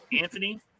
Anthony